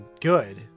good